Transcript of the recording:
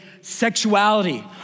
sexuality